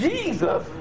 Jesus